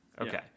Okay